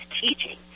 teaching